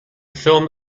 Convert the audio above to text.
film